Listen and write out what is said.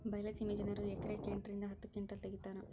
ಬೈಲಸೇಮಿ ಜನರು ಎಕರೆಕ್ ಎಂಟ ರಿಂದ ಹತ್ತ ಕಿಂಟಲ್ ತಗಿತಾರ